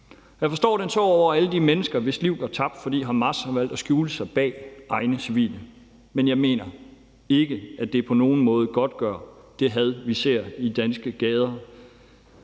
Jeg forstår den sorg over alle de mennesker, hvis liv går tabt, fordi Hamas har valgt at skjule sig bag egne civile, men jeg mener ikke, at det på nogen måde godtgør det had, vi ser i danske gader